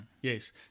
yes